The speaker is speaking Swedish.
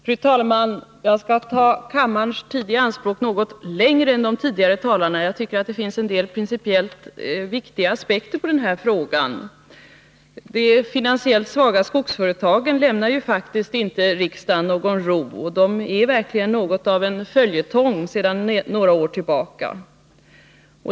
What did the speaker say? Fru talman! Jag skall ta kammarens tid i anspråk något längre än de två tidigare talarna. Jag tycker att det finns en del principiellt viktiga aspekter på den här frågan. De finansiellt svaga skogsföretagen lämnar faktiskt inte riksdagen någon ro, de är verkligen något av en följetong sedan några år tillbaka.